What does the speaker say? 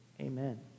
Amen